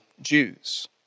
Jews